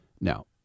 Now